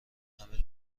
همه